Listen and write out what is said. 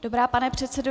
Dobrá, pane předsedo.